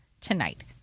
tonight